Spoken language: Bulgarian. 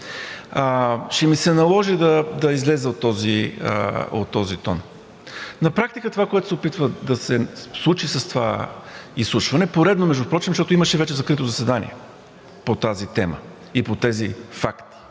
ще ми се наложи да изляза от този тон. На практика това, което се опитва да се случи с това изслушване – поредно, между другото, защото имаше вече закрито заседание по тази тема и по тези факти,